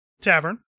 tavern